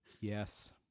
yes